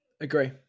agree